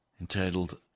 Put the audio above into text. entitled